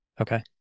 Okay